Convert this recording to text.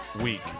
week